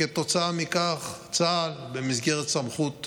כתוצאה מכך, צה"ל, במסגרת סמכות המפקדים,